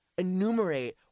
enumerate